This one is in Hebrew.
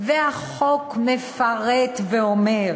והחוק מפרט ואומר: